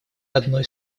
одной